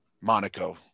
Monaco